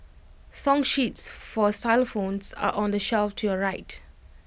song sheets for xylophones are on the shelf to your right